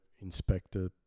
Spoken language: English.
inspector